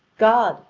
god,